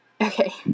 Okay